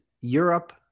Europe